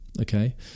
okay